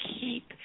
keep